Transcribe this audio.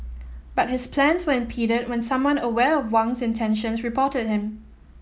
but his plans were impeded when someone aware of Wang's intentions reported him